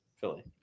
Philly